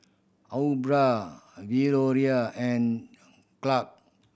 Aubra Valorie and Clarke